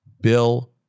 Bill